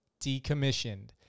decommissioned